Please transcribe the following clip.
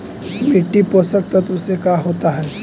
मिट्टी पोषक तत्त्व से का होता है?